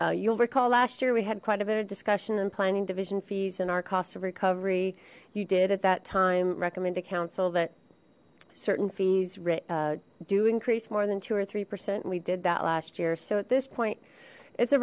year you'll recall last year we had quite a bit of discussion and planning division fees and our cost of recovery you did at that time recommend to council that certain fees do increase more than two or three percent we did that last year so at this point it's a